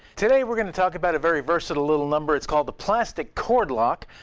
today, we're going to talk about a very versatile little number. it's called the plastic cord lock.